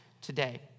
today